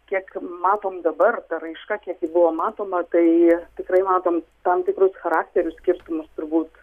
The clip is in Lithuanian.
kiek matom dabar ta raiška kiek ji buvo matoma tai tikrai matom tam tikrus charakterių skirtumus turbūt